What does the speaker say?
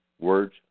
words